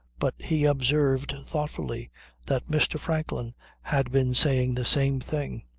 but he observed thoughtfully that mr. franklin had been saying the same thing.